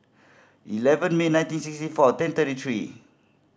eleven May nineteen sixty four ten thirty three